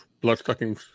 blood-sucking